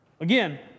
Again